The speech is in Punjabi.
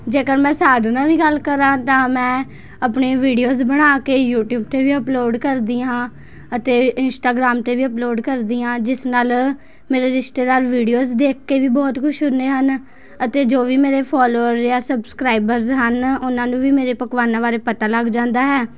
ਜੇਕਰ ਮੈਂ ਸਾਧਨਾਂ ਦੀ ਗੱਲ ਕਰਾਂ ਤਾਂ ਮੈਂ ਆਪਣੀ ਵੀਡੀਓਜ਼ ਬਣਾ ਕੇ ਯੂਟਿਊਬ 'ਤੇ ਵੀ ਅਪਲੋਡ ਕਰਦੀ ਹਾਂ ਅਤੇ ਇੰਸਟਾਗ੍ਰਾਮ 'ਤੇ ਵੀ ਅਪਲੋਡ ਕਰਦੀ ਹਾਂ ਜਿਸ ਨਾਲ ਮੇਰੇ ਰਿਸ਼ਤੇਦਾਰ ਵੀਡੀਓਜ਼ ਦੇਖ ਕੇ ਵੀ ਬਹੁਤ ਖੁਸ਼ ਹੁੰਦੇ ਹਨ ਅਤੇ ਜੋ ਵੀ ਮੇਰੇ ਫੋਲੋਵਰ ਜਾਂ ਸਬਸਕ੍ਰਾਈਬਰਜ਼ ਹਨ ਉਹਨਾਂ ਨੂੰ ਵੀ ਮੇਰੇ ਪਕਵਾਨਾਂ ਬਾਰੇ ਪਤਾ ਲੱਗ ਜਾਂਦਾ ਹੈ